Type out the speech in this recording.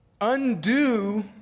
undo